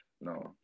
no